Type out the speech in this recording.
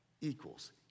equals